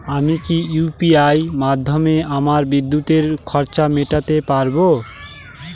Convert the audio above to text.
আমি কি ইউ.পি.আই মাধ্যমে আমার বিদ্যুতের খরচা মেটাতে পারব?